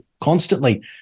constantly